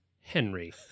Henry